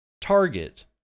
target